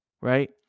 Right